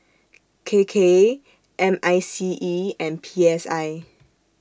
K K M I C E and P S I